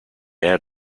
had